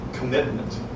commitment